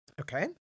Okay